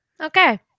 Okay